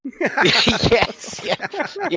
Yes